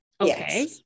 okay